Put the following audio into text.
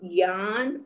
yan